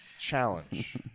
Challenge